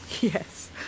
Yes